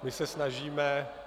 My se snažíme...